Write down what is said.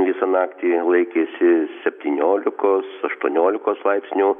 visą naktį laikėsi septyniolikos aštuoniolikos laipsnių